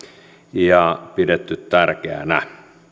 ja näitä pidetty tärkeinä